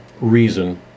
reason